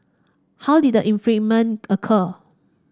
how did the infringement occur